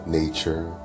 nature